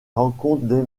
rencontre